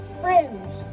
fringe